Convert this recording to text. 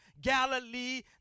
Galilee